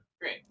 Great